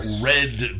Red